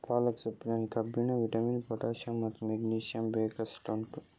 ಪಾಲಕ್ ಸೊಪ್ಪಿನಲ್ಲಿ ಕಬ್ಬಿಣ, vitamin, potassium ಮತ್ತು ಮೆಗ್ನೀಸಿಯಮ್ ಬೇಕಷ್ಟು ಉಂಟು